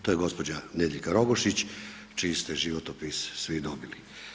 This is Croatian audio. To je gospođa Nediljka Rogošić čiji ste životopis svi dobili.